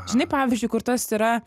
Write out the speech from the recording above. žinai pavyzdžiui kur tas yra